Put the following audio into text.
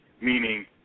meaning